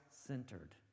Centered